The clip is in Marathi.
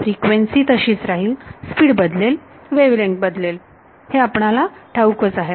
फ्रिक्वेन्सी तशीच राहील स्पीड बदलेल वेव्हलेंग्थ बदलेल हे आपणाला ठाऊकच आहे